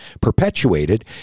perpetuated